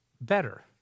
better